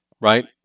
right